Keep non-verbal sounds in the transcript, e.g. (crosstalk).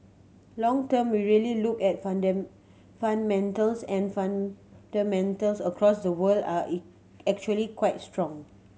long term we really look at (unintelligible) fundamentals and fundamentals across the world are (unintelligible) actually quite strong